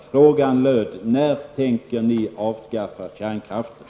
Min fråga löd: När ni tänker ni avskaffa kärnkraften?